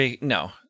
No